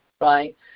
right